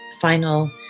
final